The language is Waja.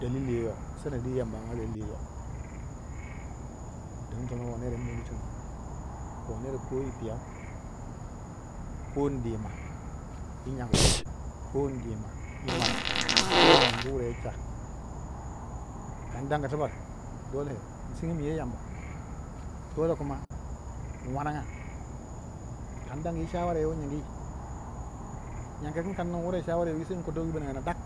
daliliyo yoh sanadi yo yamba amma daliliyo yo kaga yo ner in mondi yi tono, yo ner ko yi piyau ko indima yi nyangu ko indima yi marau ko in nungu wura ye ca, kan dang tibak dole in sengemin yo Yamba, dole kuma in wannaga, kan dangi yi chawara yo wu nyingi, nyan ku kangu ka ning wura yi chawara yo wi sei ba ninga gin dak